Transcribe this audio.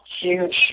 huge